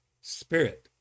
spirit